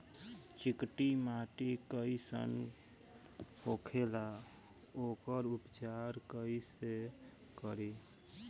चिकटि माटी कई सन होखे ला वोकर उपचार कई से करी?